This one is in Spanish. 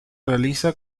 realiza